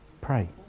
pray